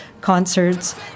concerts